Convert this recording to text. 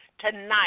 tonight